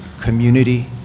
community